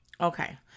Okay